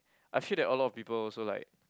I feel that a lot of people also like